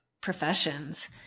professions